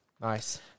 Nice